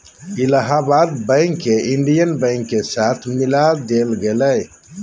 Allahabad bank के Indian bank के साथ मिला देल गेले